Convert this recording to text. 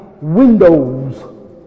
windows